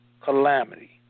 calamity